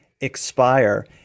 expire